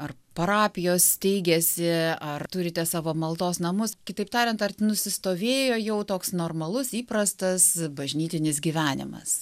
ar parapijos steigiasi ar turite savo maldos namus kitaip tariant ar nusistovėjo jau toks normalus įprastas bažnytinis gyvenimas